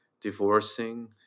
divorcing